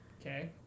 Okay